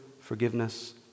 forgiveness